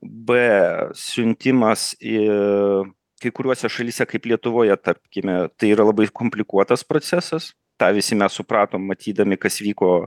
b siuntimas į kai kuriuose šalyse kaip lietuvoje tarkime tai yra labai komplikuotas procesas tą visi mes supratome matydami kas vyko